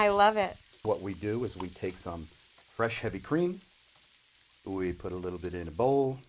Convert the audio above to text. i love it what we do is we take some fresh heavy cream we put a little bit in a bowl